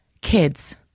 kids